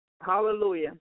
hallelujah